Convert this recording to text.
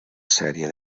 sèrie